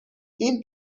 این